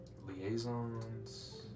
liaisons